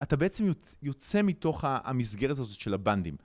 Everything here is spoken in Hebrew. אתה בעצם יוצא מתוך המסגרת הזאת של הבנדים.